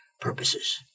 purposes